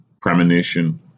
premonition